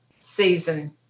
season